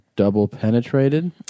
double-penetrated